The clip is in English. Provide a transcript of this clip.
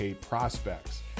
prospects